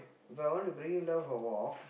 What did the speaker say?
If I want to bring him down for walk